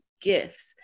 gifts